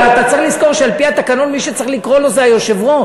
אבל אתה צריך לזכור שעל-פי התקנון מי שצריך לקרוא לו זה היושב-ראש.